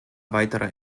weitere